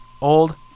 old